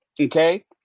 okay